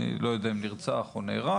אני לא יודע אם הוא נרצח הוא נהרג,